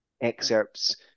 excerpts